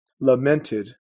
lamented